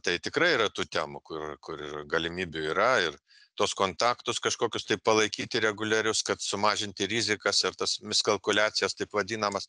tai tikrai yra tų temų kur kur ir galimybių yra ir tuos kontaktus kažkokius tai palaikyti reguliarius kad sumažinti rizikas ir tas mis kalkuliacijas taip vadinamas